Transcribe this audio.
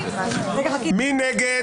מי נגד?